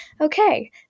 Okay